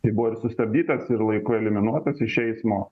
tai buvo ir sustabdytas ir laiku eliminuotas iš eismo